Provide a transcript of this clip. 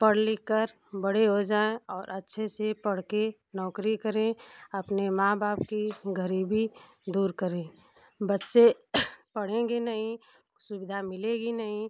पढ़ लिख कर बड़े हो जाएँ और अच्छे से पढ़ के नौकरी करें अपने माँ बाप की गरीबी दूर करें बच्चे पढ़ेंगे नहीं सुविधा मिलेगी नहीं